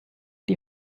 die